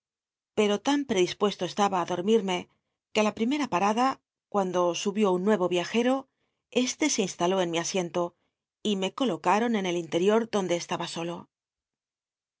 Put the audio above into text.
pero tan hctlispuesto estaba í dormirme crue á la primera pa rada cuando subió un nuevo viajero esle se instaló en mi asiento y me colocaron en el interior donde estaba solo